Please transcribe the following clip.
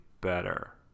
better